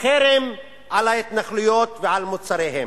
חרם על ההתנחלויות ועל מוצריהן,